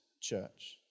church